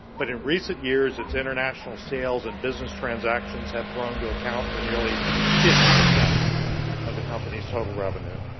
but in recent years, its international sales and business transactions had grown to account for nearly fifty percent of the company's total revenue.